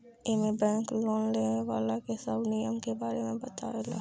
एमे bank loan लेवे वाला के सब नियम के बारे में बतावे ला